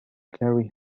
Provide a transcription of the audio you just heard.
carry